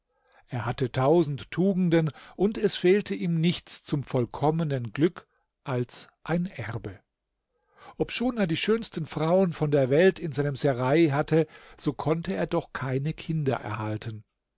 er hatte tausend tugenden und es fehlte ihm nichts zum vollkommenen glück als ein erbe obschon er die schönsten frauen von der welt in seinem serail hatte so konnte er doch keine kinder erhalten